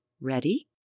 Ready